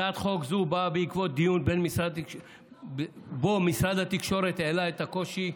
הצעת חוק זו באה בעקבות דיון שבו משרד התקשורת העלה את הקושי,